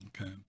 Okay